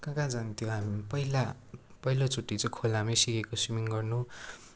कहाँ कहाँ जान्थ्यौँ हामी पहिला पहिलो चोटि चाहिँ खोलामै सिकेको स्विमिङ गर्नु